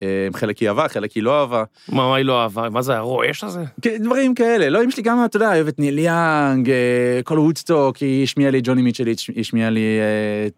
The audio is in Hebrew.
חלק היט אהבה חלק היא לא אהבה. מה מה היא לא אהבה, מה זה הרועש הזה? דברים כאלה, לא, אמא שלי גם, אתה יודע, אוהבת ניל יאנג, כל הוודסטוק, היא השמיעה לי ג'וני מיטשל, היא השמיעה לי.